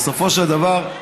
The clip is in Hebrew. בסופו של דבר,